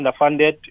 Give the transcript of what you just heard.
underfunded